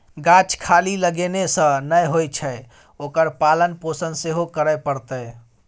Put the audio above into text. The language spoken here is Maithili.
गाछ खाली लगेने सँ नै होए छै ओकर पालन पोषण सेहो करय पड़तै